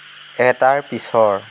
এটাৰ পিছৰ